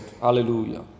Hallelujah